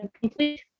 complete